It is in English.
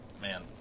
Man